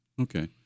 Okay